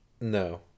No